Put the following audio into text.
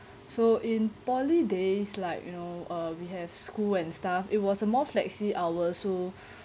so in poly days like you know uh we have school and stuff it was a more flexi hours so